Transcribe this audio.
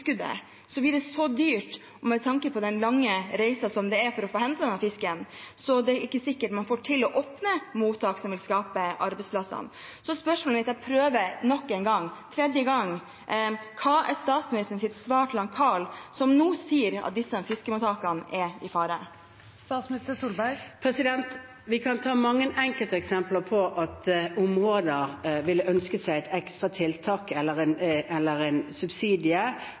blir det så dyrt med tanke på den lange reisen det er for å få hentet denne fisken, at det ikke er sikkert at man får til å åpne mottak som vil skape arbeidsplassene. Så spørsmålet mitt er – jeg prøver nok en gang, tredje gang: Hva er statsministerens svar til Karl, som nå sier at disse fiskemottakene er i fare? Vi kan ta mange enkelteksempler på områder hvor man ville ønsket seg et ekstra tiltak eller en subsidie eller